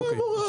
תנו להם הוראה.